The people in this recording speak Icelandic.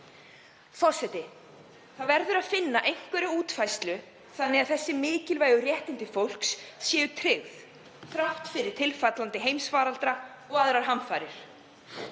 Það verður að finna einhverja útfærslu þannig að þessi mikilvægu réttindi fólks séu tryggð þrátt fyrir tilfallandi heimsfaraldra og aðrar hamfarir.